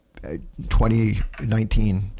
2019